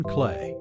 Clay